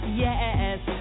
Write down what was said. yes